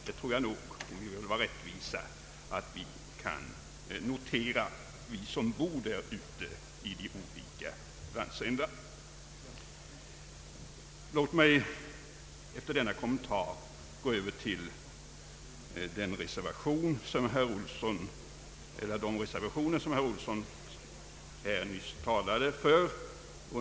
Det tror jag nog vi kan notera, om vi vill vara rättvisa, vi som bor i de olika landsändarna. Låt mig efter denna kommentar gå över till de reservationer under punkterna 5 och 7 som herr Olsson nyss talade för.